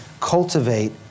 cultivate